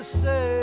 say